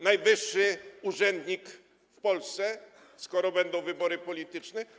Najwyższy urzędnik w Polsce, skoro będą wybory polityczne?